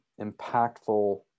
impactful